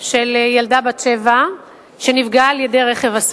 אלא אי-אישור בשלב הזה.